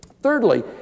Thirdly